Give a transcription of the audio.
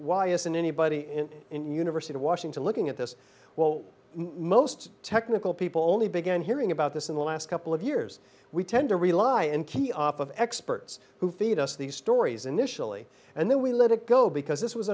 why isn't anybody in university of washington looking at this while most technical people only began hearing about this in the last couple of years we tend to rely in key off of experts who feed us these stories initially and then we let it go because this was